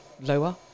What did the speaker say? lower